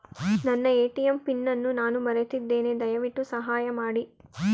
ನನ್ನ ATM PIN ಅನ್ನು ನಾನು ಮರೆತಿದ್ದೇನೆ, ದಯವಿಟ್ಟು ಸಹಾಯ ಮಾಡಿ